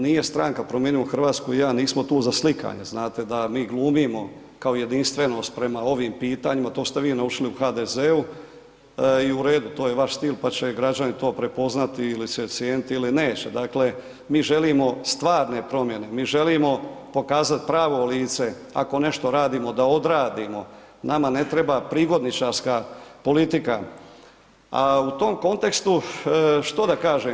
Nije Stranka promijenimo Hrvatsku i ja, nismo tu za slikanje znate, da mi glumimo kao jedinstvenost prema ovim pitanjima, to ste vi naučili u HDZ-u i u redu, to je vaš stil, pa će građani to prepoznati ili će cijeniti ili neće, dakle, mi želimo stvarne promjene, mi želimo pokazat pravo lice, ako nešto radimo da odradimo, nama ne treba prigodničarska politika, a u tom kontekstu što da kažem?